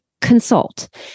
consult